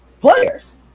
players